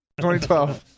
2012